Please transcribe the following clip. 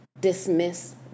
dismiss